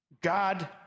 god